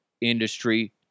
industry